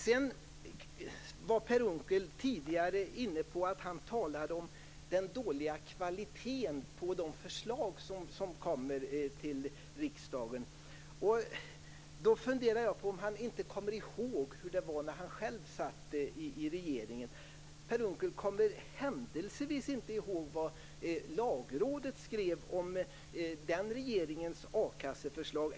Per Unckel var tidigare inne på den dåliga kvaliteten på de förslag som kommer till riksdagen. Jag funderar på om han inte kommer ihåg hur det var när han själv satt i regeringen. Per Unckel kommer händelsevis inte ihåg vad Lagrådet skrev om den regeringens a-kasseförslag?